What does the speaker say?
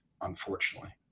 unfortunately